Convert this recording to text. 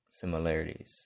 similarities